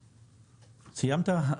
סיימת?